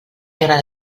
agrada